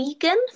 vegan